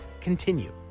continue